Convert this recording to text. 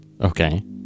Okay